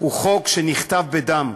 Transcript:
הוא חוק שנכתב בדם.